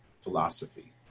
philosophy